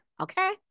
okay